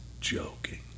joking